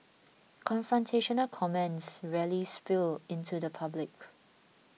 confrontational comments rarely spill into the public